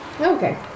Okay